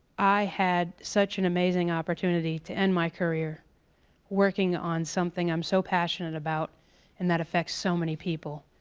i had such an amazing opportunity to end my career working on something i'm so passionate about and that affects so many people.